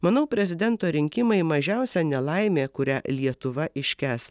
manau prezidento rinkimai mažiausia nelaimė kurią lietuva iškęs